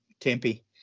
Tempe